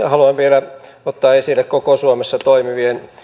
haluan vielä ottaa esille koko suomessa toimivien